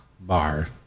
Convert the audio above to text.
bar